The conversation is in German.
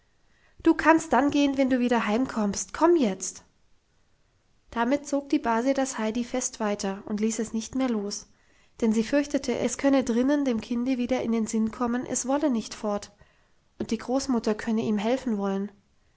du kannst dann gehen wenn du wieder heimkommst komm jetzt damit zog die base das heidi fest weiter und ließ es nicht mehr los denn sie fürchtete es könne drinnen dem kinde wieder in den sinn kommen es wolle nicht fort und die großmutter könne ihm helfen wollen